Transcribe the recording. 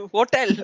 Hotel